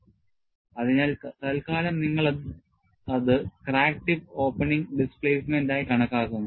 അതിനാൽ തൽക്കാലം നിങ്ങൾ അത് ക്രാക്ക് ടിപ്പ് ഓപ്പണിംഗ് ഡിസ്പ്ലേസ്മെന്റായി കണക്കാക്കുന്നു